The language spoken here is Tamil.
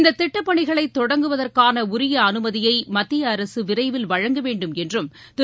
இந்த திட்டப் பணிகளை தொடங்குவதற்கான உரிய அனுமதியை மத்திய அரசு விரைவில் வழங்க வேண்டும் என்றும் திரு